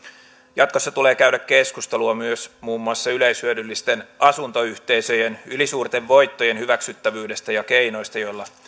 jatkossa tulee käydä keskustelua myös muun muassa yleishyödyllisten asuntoyhteisöjen ylisuurten voittojen hyväksyttävyydestä ja keinoista joilla